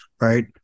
right